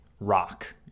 rock